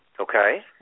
Okay